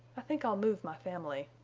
i think i'll move my family.